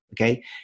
Okay